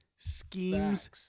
Schemes